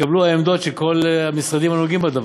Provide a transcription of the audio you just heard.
שיתקבלו העמדות של כל המשרדים הנוגעים בדבר.